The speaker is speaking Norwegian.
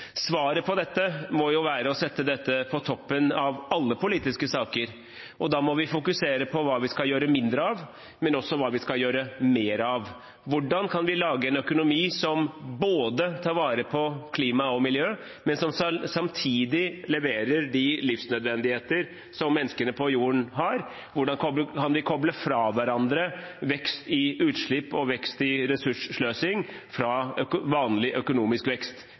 må være å sette dette på toppen av alle politiske saker, og da må vi fokusere på hva vi skal gjøre mindre av, men også på hva vi skal gjøre mer av. Hvordan kan vi lage en økonomi som både tar vare på klimaet og miljøet, og som samtidig leverer de livsnødvendigheter som menneskene på jorden har? Hvordan kan vi koble vekst i utslipp og vekst i ressurssløsing fra vanlig økonomisk vekst?